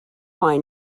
why